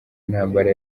intambara